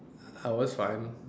I was fine